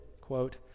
quote